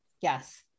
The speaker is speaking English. Yes